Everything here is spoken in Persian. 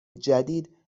جدید